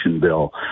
bill